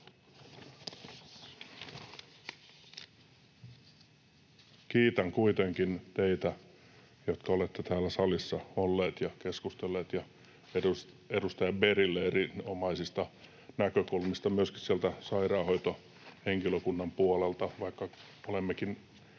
Kiitän kuitenkin teitä, jotka olette täällä salissa olleet ja keskustelleet, ja edustaja Bergiä erinomaisista näkökulmista myöskin sieltä sairaanhoitohenkilökunnan puolelta. Vaikka olemmekin